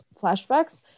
flashbacks